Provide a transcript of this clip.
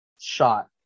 shot